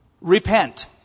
repent